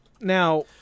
Now